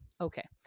Okay